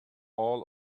all